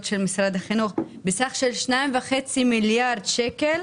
של משרד החינוך בסך של 2.5 מיליארד שקלים,